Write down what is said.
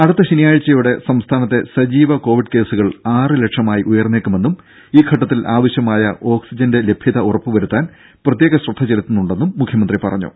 അടുത്ത ശനിയാഴ്ചയോടെ സംസ്ഥാനത്തെ സജീവ കോവിഡ് കേസുകൾ ആറുലക്ഷമായി ഉയർന്നേക്കുമെന്നും ഈ ഘട്ടത്തിൽ ആവശ്യമായ ഓക്സിജൻ ഉറപ്പ് വരുത്താൻ പ്രത്യേകം ശ്രദ്ധ ചെലുത്തുന്നുണ്ടെന്നും മുഖ്യമന്ത്രി പറഞ്ഞു